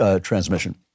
transmission